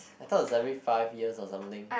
I thought it's like maybe five years or something